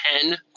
ten